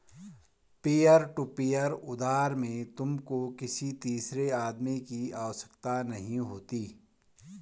peer to peer उधार में तुमको किसी तीसरे आदमी की आवश्यकता नहीं होती